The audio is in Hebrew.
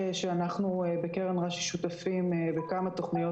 בקרן רש"י אנחנו שותפים בכמה תוכניות